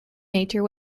nature